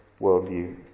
worldview